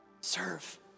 Serve